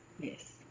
Yes